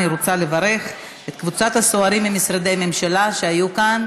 אני רוצה לברך את קבוצת הצוערים ממשרדי ממשלה שהיו כאן.